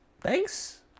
Thanks